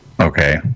Okay